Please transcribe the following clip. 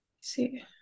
see